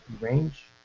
range